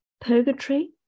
Purgatory